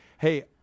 Hey